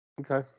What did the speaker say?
okay